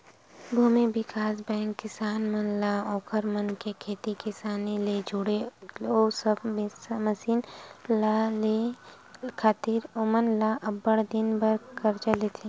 भूमि बिकास बेंक किसान मन ला ओखर मन के खेती किसानी ले जुड़े ओ सब मसीन मन ल लेय खातिर ओमन ल अब्बड़ दिन बर करजा देथे